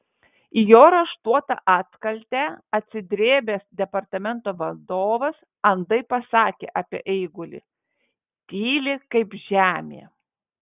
į jo raštuotą atkaltę atsidrėbęs departamento vadovas andai pasakė apie eigulį tyli kaip žemė